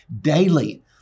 daily